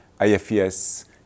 IFES